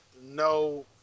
no